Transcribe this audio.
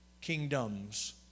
kingdoms